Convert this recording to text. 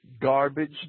garbage